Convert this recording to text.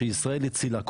שישראל הצילה.